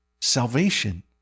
salvation